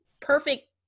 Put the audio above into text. Perfect